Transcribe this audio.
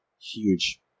huge